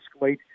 escalate